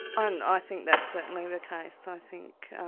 and i think that's certainly the case. i think